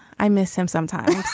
i miss him sometimes